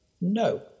no